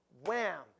wham